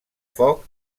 foc